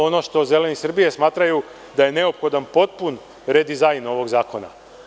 Ono što Zeleni Srbije smatraju, jeste da je neophodan potpuni redizajn ovog zakona.